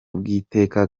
bw’iteka